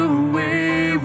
away